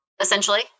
essentially